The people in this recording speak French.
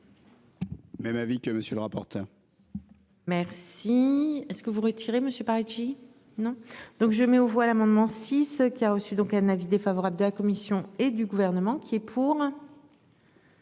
Même avis que monsieur le rapporteur. Merci. Est-ce que vous retirez monsieur Paretti non. Donc je mets aux voix l'amendement six qui a reçu donc un avis défavorable de la commission et du gouvernement qui est pour.